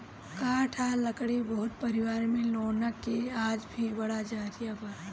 काठ आ लकड़ी बहुत परिवार में लौना के आज भी बड़ा जरिया बा